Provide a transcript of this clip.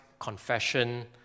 confession